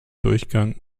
durchgang